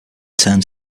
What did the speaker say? turned